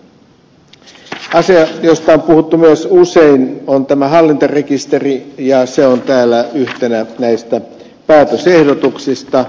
asia josta myös on puhuttu usein on tämä hallintarekisteri ja se on täällä yhtenä näistä päätösehdotuksista